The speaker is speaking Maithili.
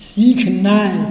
सीखनाइ